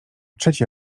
trzeci